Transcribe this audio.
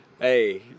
Hey